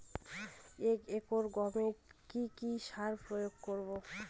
এক একর গমে কি কী সার প্রয়োগ করব?